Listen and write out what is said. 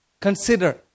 Consider